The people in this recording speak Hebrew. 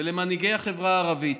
ולמנהיגי החברה הערבית,